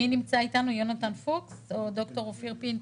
מי נמצא איתנו, יונתן פוקס או ד"ר אופיר פינטו?